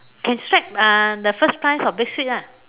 can strike uh the first prize of big sweep lah